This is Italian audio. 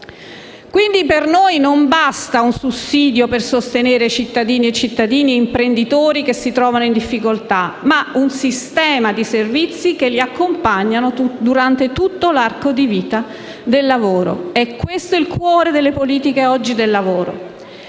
Quindi, a noi non basta un sussidio per sostenere cittadine, cittadini e imprenditori che si trovano in difficoltà, ma serve un sistema di servizi che li accompagnino durante tutto l'arco di vita del lavoro. È questo è il cuore delle politiche oggi del lavoro.